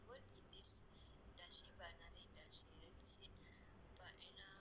well there's been you know